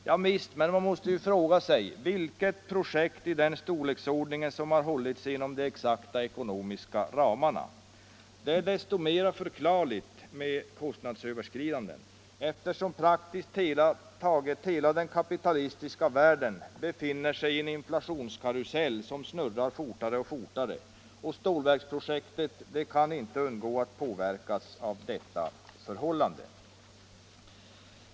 Ja visst, men säg vilket projekt i den storleksordningen som har hållits inom de exakta ekonomiska ramarna. Kostnadsöverskridandet är desto mer förklarligt som praktiskt taget hela den kapitalistiska världen befinner sig i en inflationskarusell som snurrar allt fortare. Stålverk 80-projektet kan inte undgå att påverkas av detta förhållande.